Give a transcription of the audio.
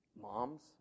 Moms